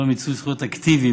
מדובר במיצוי זכויות אקטיבי,